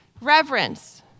reverence